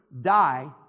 die